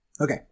Okay